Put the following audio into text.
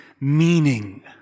meaning